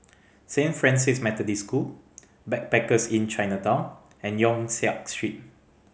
Saint Francis Methodist School Backpackers Inn Chinatown and Yong Siak Street